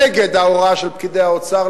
נגד ההוראה של פקידי האוצר,